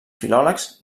filòlegs